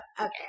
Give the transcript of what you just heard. Okay